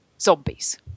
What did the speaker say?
zombies